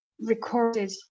recorded